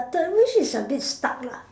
third wish is a bit stuck lah